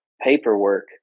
paperwork